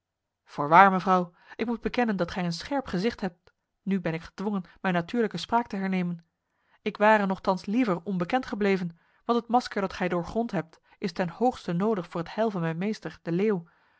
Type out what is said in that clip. voorwaar mevrouw ik moet bekennen dat gij een scherp gezicht hebt nu ben ik gedwongen mijn natuurlijke spraak te hernemen ik ware nochtans liever onbekend gebleven want het masker dat gij doorgrond hebt is ten hoogste nodig voor het heil van mijn meester de leeuw